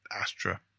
Astra